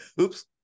Oops